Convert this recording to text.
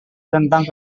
tentang